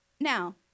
now